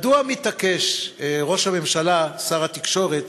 מדוע מתעקש ראש הממשלה, שר התקשורת,